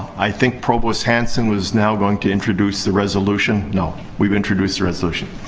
i think provost hanson was now going to introduce the resolution. no, we've introduced the resolution.